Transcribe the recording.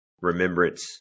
remembrance